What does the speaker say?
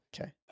Okay